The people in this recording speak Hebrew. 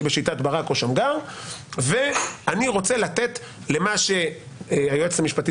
אם אני בשיטת ברק או שמגר - ואני רוצה לתת למה שהיועצת המשפטית